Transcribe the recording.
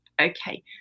Okay